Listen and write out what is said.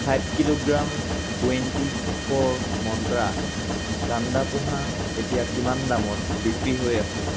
five kilogram twenty four মন্ত্ৰা কাণ্ডা প'হা এতিয়া কিমান দামত বিক্ৰী হৈ আছে